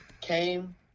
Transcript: came